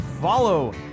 Follow